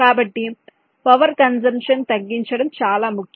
కాబట్టి power consumption తగ్గించడం చాలా ముఖ్యం